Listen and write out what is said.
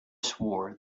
swore